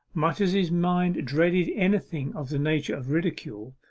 much as his mind dreaded anything of the nature of ridicule.